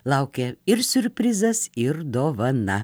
laukia ir siurprizas ir dovana